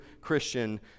Christian